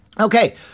Okay